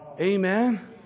Amen